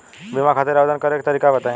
बीमा खातिर आवेदन करे के तरीका बताई?